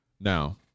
Now